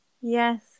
yes